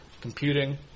computing